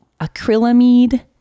acrylamide